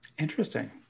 Interesting